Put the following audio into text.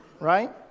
right